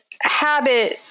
habit